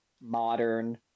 modern